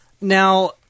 Now